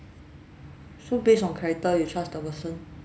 so based on character you trust the person